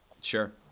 Sure